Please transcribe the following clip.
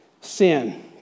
sin